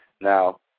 Now